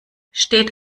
steht